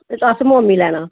असें मोमी लैने